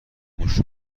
موش